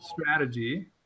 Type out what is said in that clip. strategy